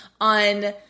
on